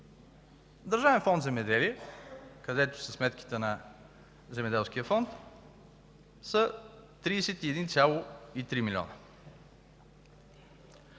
Държавен фонд „Земеделие”, където са сметките на Земеделския фонд, са 31,3 милиона.